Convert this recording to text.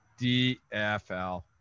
DFL